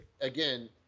Again